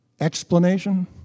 explanation